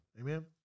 Amen